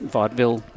Vaudeville